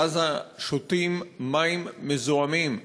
בעזה שותים מים מזוהמים.